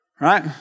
right